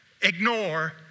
ignore